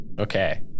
Okay